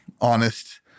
honest